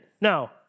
no